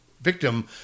Victim